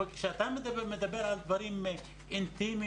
אבל כשאתה מדבר על דברים אינטימיים,